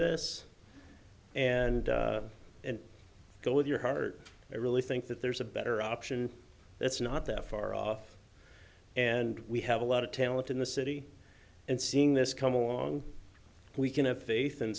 this and go with your heart i really think that there's a better option it's not that far off and we have a lot of talent in the city and seeing this come along we can have faith in